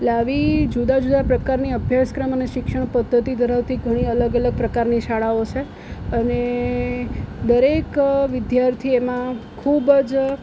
એટલે આવી જુદા જુદા પ્રકારની અભ્યાસક્રમ અને શિક્ષણ પદ્ધતિ ધરાવતી ઘણી અલગ અલગ પ્રકારની શાળાઓ છે અને દરેક વિદ્યાર્થી એમાં ખૂબ જ